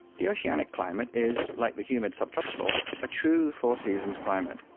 the oceanic climate is, like the humid subtropical, a true four seasons climate,